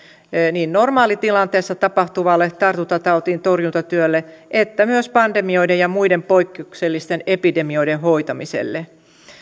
sekä normaalitilanteessa tapahtuvalle tartuntatautien torjuntatyölle että myös pandemioiden ja muiden poikkeuksellisten epidemioiden hoitamiselle